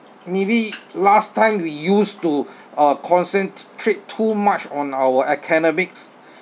maybe last time we used to uh concentrate too much on our academics